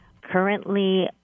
Currently